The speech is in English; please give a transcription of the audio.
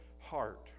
heart